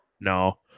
No